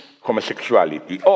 homosexuality